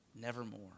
Nevermore